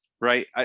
right